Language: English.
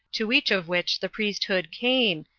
to each of which the priesthood came,